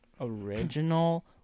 original